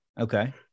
Okay